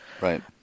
Right